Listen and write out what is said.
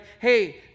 hey